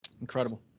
incredible